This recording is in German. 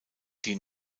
die